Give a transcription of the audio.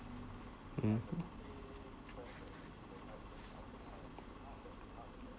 mmhmm